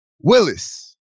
Willis